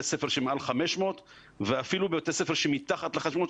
ספר שמעל 500 ואפילו בבתי ספר שמתחת ל-500,